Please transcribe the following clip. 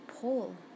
pull